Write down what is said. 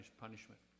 punishment